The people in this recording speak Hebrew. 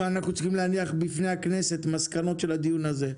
לא מיצינו את הדיון הזה.